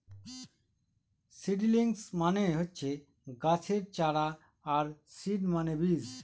seedlings মানে হচ্ছে গাছের চারা আর সিড মানে বীজ